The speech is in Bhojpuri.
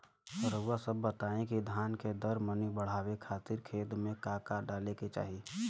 रउआ सभ बताई कि धान के दर मनी बड़ावे खातिर खेत में का का डाले के चाही?